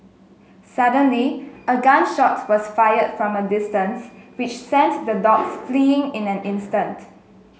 suddenly a gun shot was fired from a distance which sent the dogs fleeing in an instant